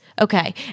Okay